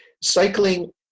Cycling